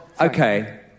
okay